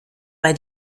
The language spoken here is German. bei